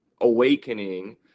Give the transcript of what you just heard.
awakening